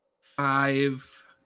Five